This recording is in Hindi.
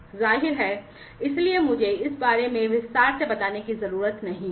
जाहिर है इसलिए मुझे इस बारे में विस्तार से बताने की जरूरत नहीं है